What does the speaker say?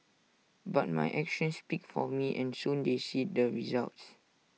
but my actions speak for me and soon they see the results